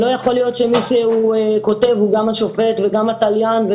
לא יכול להיות שמי שכותב הוא גם השופט וגם התליין.